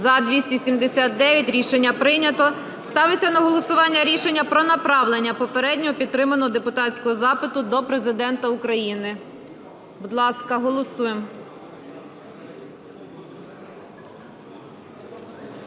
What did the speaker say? За-279 Рішення прийнято. Ставиться на голосування рішення про направлення попередньо підтриманого депутатського запиту до Президента України. Будь ласка, голосуємо.